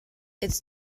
its